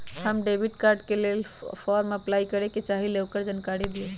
हम debit card के लेल फॉर्म अपलाई करे के चाहीं ल ओकर जानकारी दीउ?